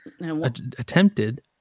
Attempted